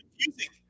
confusing